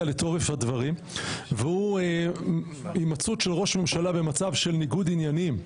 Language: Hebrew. יבוא 'יימצאו במצב חריף של ניגוד עניינים,